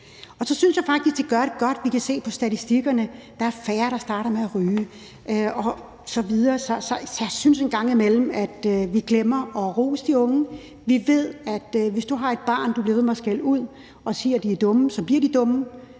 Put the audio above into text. Så synes jeg faktisk, at de gør det godt. Vi kan se på statistikkerne, at der er færre, der starter med at ryge osv. Så jeg synes en gang imellem, at vi glemmer at rose de unge. Vi ved, at hvis du har børn, og du bliver ved med at skælde ud og siger, at de er dumme, så bliver de dumme,